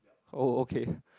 oh okay